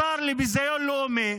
השר לביזיון לאומי,